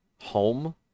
home